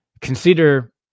Consider